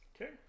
Okay